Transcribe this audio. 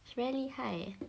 she very 厉害 leh